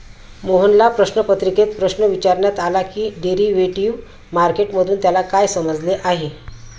मोहनला प्रश्नपत्रिकेत प्रश्न विचारण्यात आला की डेरिव्हेटिव्ह मार्केट मधून त्याला काय समजले आहे?